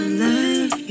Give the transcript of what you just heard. love